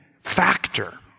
factor